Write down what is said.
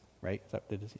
right